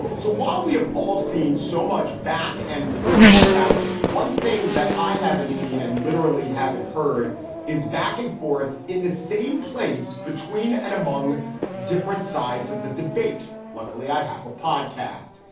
so while we have all seen so much back and forth about this, one thing that i haven't seen and literally haven't heard is back and forth in the same place between and among different sides of the debate. luckily, i have a podcast.